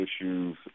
issues